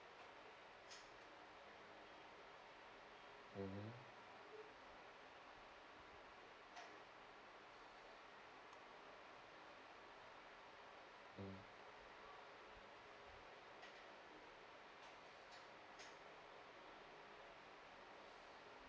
mmhmm mm